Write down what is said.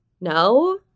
no